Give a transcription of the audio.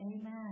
Amen